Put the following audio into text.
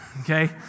Okay